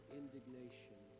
indignation